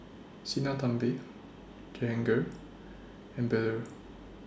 Sinnathamby Jehangirr and Bellur